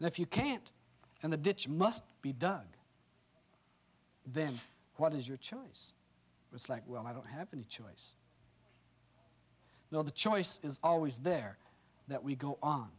and if you can't and the ditch must be done then what is your choice was like well i don't have any choice now the choice is always there that we go on